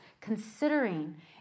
considering